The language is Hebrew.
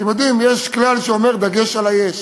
אתם יודעים, יש כלל שאומר: דגש על היש.